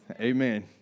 Amen